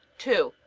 to.